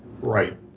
Right